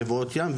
מבואות ים,